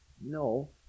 No